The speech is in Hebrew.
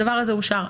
הדבר הזה אושר.